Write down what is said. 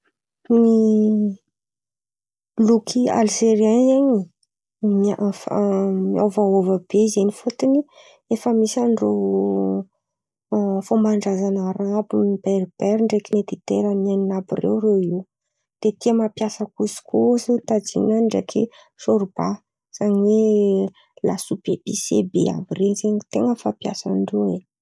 Ny loky alzerian zen̈y miôvaôva be zen̈y fôtony efa misy andrô fômban-drazan̈a arabo berbera ndreky mediterane àby rô irô iny. De tia mampiasa kosikosy, tajina ndreky sôrbà zany oe lasopy epise be àby ren̈y zen̈y ten̈a fampiasan-drô oe.